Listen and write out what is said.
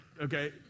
okay